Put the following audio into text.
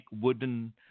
wooden